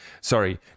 Sorry